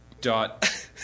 dot